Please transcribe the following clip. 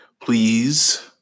Please